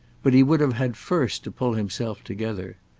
but he would have had first to pull himself together.